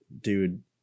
dude